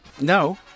No